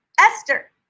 Esther